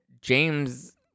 James